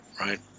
right